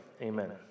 amen